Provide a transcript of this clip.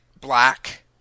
black